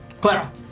Clara